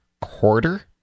quarter